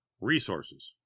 resources